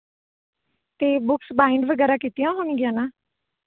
ਅਤੇ books bind ਵਗੈਰਾ ਕੀਤੀਆਂ ਹੋਣਗੀਆਂ ਨਾ